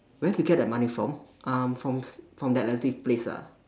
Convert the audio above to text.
where do you get that money from um from from that relative place ah